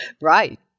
Right